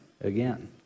again